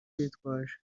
bitwaje